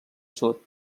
sud